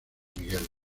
miguel